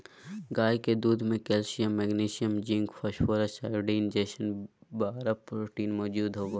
गाय के दूध में calcium, magnesium, zinc, phosphorus, iodine जैसन बारह प्रोटीन मौजूद होबा हइ